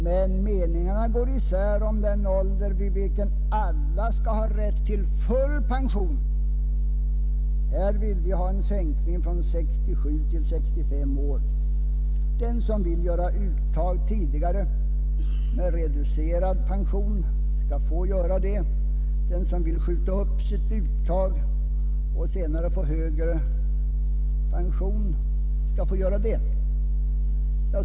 Men meningarna går isär i fråga om den ålder vid vilken alla skall ha rätt till full pension. Vi vill ha en sänkning från 67 till 65 år. Den som vill göra uttag tidigare med reducerad pension skall få göra det. Den som vill skjuta upp sitt uttag och senare få högre pension skall få göra det.